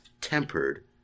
tempered